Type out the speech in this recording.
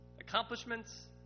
accomplishments